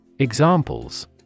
Examples